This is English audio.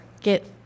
get